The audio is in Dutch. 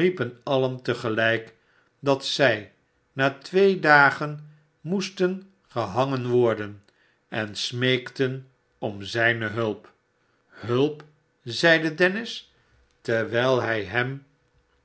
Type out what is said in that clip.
riepen alien te gelijk dat zij na twee dagen moesten gehangen worden en smeekten om zijne hulp hulp zeide dennis terwijl hij hem